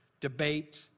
debate